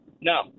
No